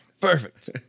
Perfect